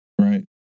Right